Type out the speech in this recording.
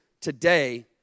today